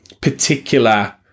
particular